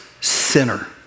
sinner